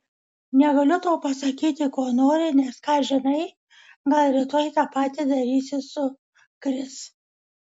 negaliu tau pasakyti ko nori nes ką žinai gal rytoj tą patį darysi su kris